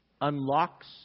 unlocks